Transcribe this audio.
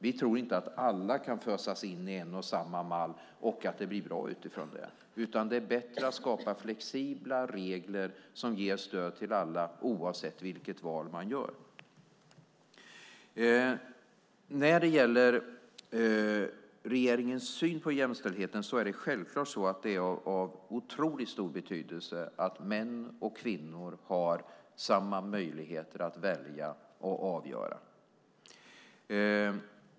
Vi tror inte att det blir bra om alla föses in i en och samma mall. Det är bättre att skapa flexibla regler som ger stöd till alla oavsett vilket val man gör. När det gäller regeringens syn på jämställdhet har det otroligt stor betydelse att män och kvinnor har samma möjligheter att välja och avgöra.